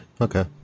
Okay